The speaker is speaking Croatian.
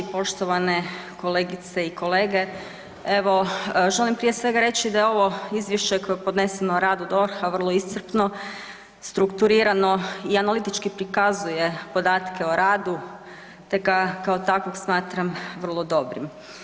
Poštovane kolegice i kolege, evo želim prije svega reći da je ovo izvješće koje je podneseno o radu DORH-a vrlo iscrpno, strukturirano i analitički prikazuje podatke o radu te ga kao takvog smatram vrlo dobrim.